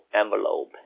envelope